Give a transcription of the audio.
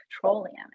petroleum